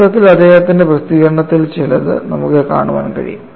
വാസ്തവത്തിൽ അദ്ദേഹത്തിന്റെ പ്രസിദ്ധീകരണത്തിൽ ചിലത് നമുക്ക് കാണാൻ കഴിയും